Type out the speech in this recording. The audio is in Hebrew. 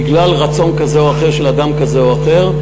בגלל רצון כזה או אחר של אדם כזה או אחר.